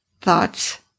thoughts